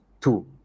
two